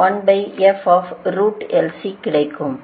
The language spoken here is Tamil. மற்றும் 61 இல் கிடைக்கும்